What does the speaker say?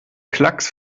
klacks